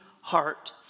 heart